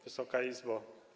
Wysoka Izbo!